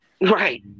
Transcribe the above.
Right